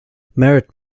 merit